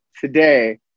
today